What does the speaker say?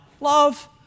love